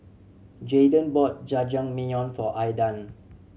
Jaydan bought Jajangmyeon for Aydan